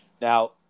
Now